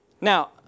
Now